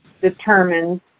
determines